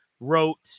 wrote